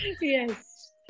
Yes